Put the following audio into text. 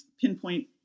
pinpoint